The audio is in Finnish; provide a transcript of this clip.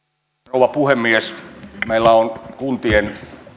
rouva puhemies meillä on kuntien